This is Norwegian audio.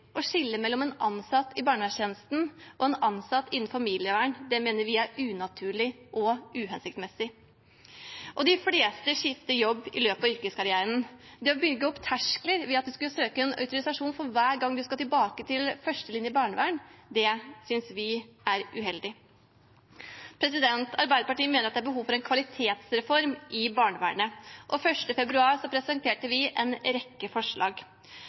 og skillet mellom en ansatt i barnevernstjenesten og en ansatt innen familievern mener vi er unaturlig og uhensiktsmessig. De fleste skifter også jobb i løpet av yrkeskarrieren. Det å bygge opp terskler ved at man skal søke en autorisasjon for hver gang man skal tilbake til førstelinje barnevern, synes vi er uheldig. Arbeiderpartiet mener at det er behov for en kvalitetsreform i barnevernet, og 1. februar presenterte vi en rekke forslag.